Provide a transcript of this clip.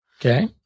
Okay